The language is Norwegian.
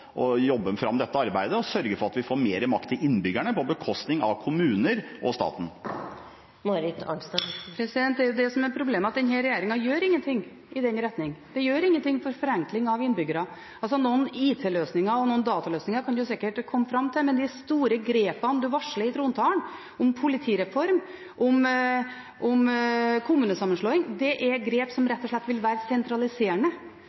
å jobbe fram dette arbeidet og sørge for at innbyggerne får mer makt, på bekostning av kommune og stat. Det er jo det som er problemet: Denne regjeringen gjør ingenting i den retning. Den gjør ingenting for innbyggerne når det gjelder forenkling. Noen IT-løsninger – noen dataløsninger – kan man sikkert komme fram til, men de store grepene man varslet i trontalen, som politireform, som kommunesammenslåing, er grep som